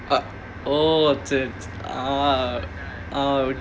uh oh சரி சரி:sari sari ah ah